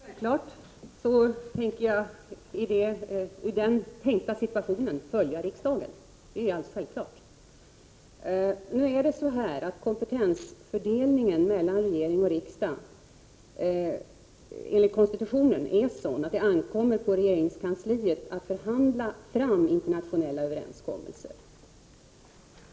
Herr talman! Självfallet ämnar jag i den tänkta situationen följa riksdagen. Det är alldeles självklart! Kompetensfördelningen mellan regering och riksdag enligt konstitutionen är sådan att det ankommer på regeringskansliet att förhandla fram internationella överenskommelser.